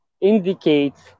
indicates